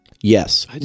Yes